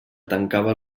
tancava